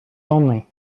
only